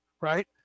right